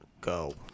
Go